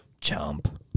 Jump